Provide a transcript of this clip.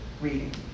reading